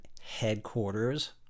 Headquarters